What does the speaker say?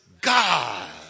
God